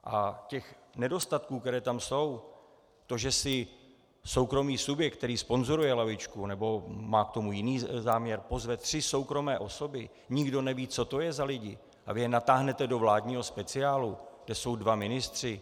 A těch nedostatků, které tam jsou, to, že si soukromý subjekt, který sponzoruje lavičku nebo má k tomu jiný záměr, pozve tři soukromé osoby, nikdo neví, co to je za lidi, a vy je natáhnete do vládního speciálu, kde jsou dva ministři?